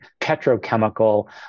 petrochemical